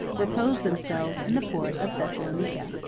reposed themselves in the port of thessalonica.